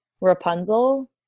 Rapunzel